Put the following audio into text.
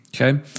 okay